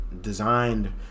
designed